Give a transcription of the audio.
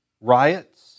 riots